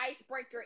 icebreaker